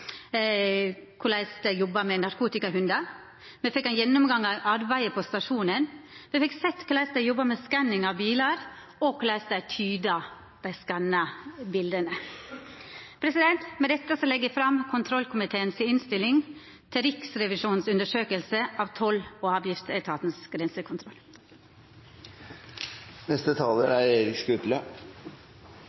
korleis dei jobba med narkotikahundar. Me fekk ein gjennomgang av arbeidet på stasjonen. Me fekk sett korleis dei jobba med skanning av bilar, og korleis dei tyda dei skanna bilda. Med dette legg eg fram innstillinga frå kontroll- og konstitusjonskomiteen om Riksrevisjonens undersøking av Toll- og avgiftsetatens